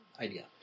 idea